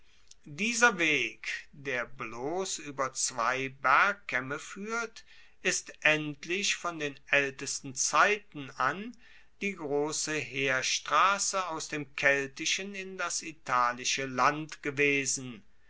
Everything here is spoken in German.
dieser weg der bloss ueber zwei bergkaemme fuehrt ist endlich von den aeltesten zeiten an die grosse heerstrasse aus dem keltischen in das italische land gewesen